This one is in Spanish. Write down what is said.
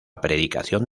predicación